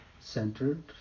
centered